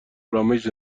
آرامش